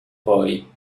boy